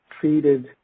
treated